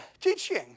teaching